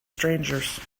strangers